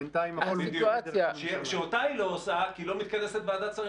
בינתיים הכול --- שאותה היא לא עושה כי לא מתכנסת ועדת שרים